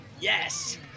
Yes